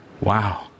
Wow